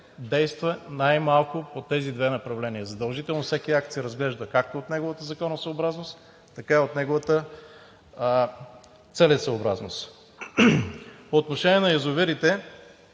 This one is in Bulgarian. действа най-малко по тези две направления. Задължително всеки акт се разглежда както от неговата законосъобразност, така и от неговата целесъобразност. По отношение на язовирите